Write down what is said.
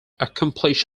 accomplish